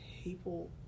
People